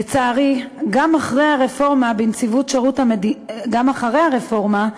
לצערי, גם אחרי הרפורמה,